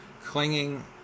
clinging